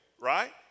right